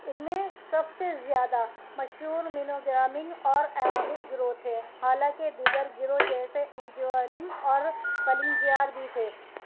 ان میں سب سے زیادہ مشہور منوگرامم اور ایاول گروہ تھے حالانکہ دیگر گروہ جیسے انجوونم اور ولنجیار بھی تھے